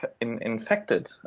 infected